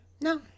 No